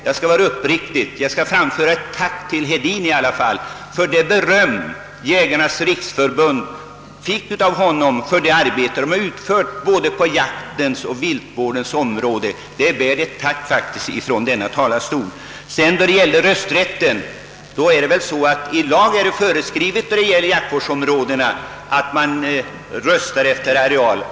Jag vill emellertid framföra ett uppriktigt tack till herr Hedin för att han berömde Jägarnas riksförbund för det arbete som förbundet uträttat på viltvårdens och jaktens område. För detta är han värd ett tack. Vad rösträtten beträffar vill jag säga att det i lag är föreskrivet att man inom jaktvårdsområdena röstar efter areal.